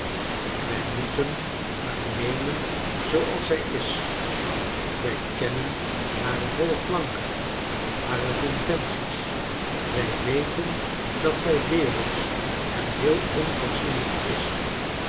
wij moeten haar nemen zooals zij is wij kennen hare nolle klanken hare conventies wij weten dat zij wereldsch en heel onfatsoenlijk is